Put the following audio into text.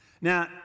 Now